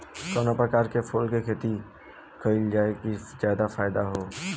कवना प्रकार के फूल के खेती कइला से ज्यादा फायदा होला?